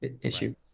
issue